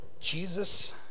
Jesus